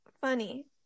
funny